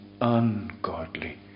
ungodly